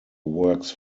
works